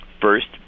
First